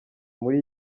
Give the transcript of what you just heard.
muri